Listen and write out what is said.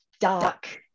dark